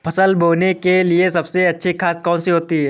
फसल बोने के लिए सबसे अच्छी खाद कौन सी होती है?